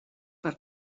per